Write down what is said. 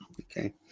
Okay